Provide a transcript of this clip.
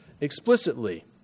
explicitly